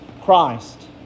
Christ